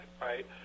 right